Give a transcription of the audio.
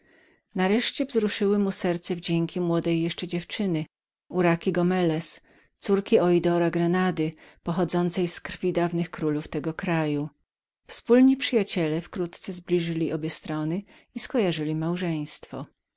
nareszcie wzruszyły mu serce wdzięki młodej jeszcze dziewczyny uraki gomelez córki oidora grenady pochodzącej z krwi dawnych królów tego kraju wspólni przyjaciele wkrótce zbliżyli obie strony i skojarzyli małżeństwo